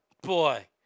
Boy